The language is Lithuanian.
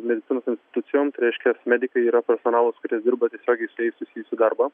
medicinos institucijoms reiškia medikai yra personalas kuris dirba tiesiogiai su jais susijusį darbą